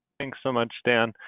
thanks so much, dan.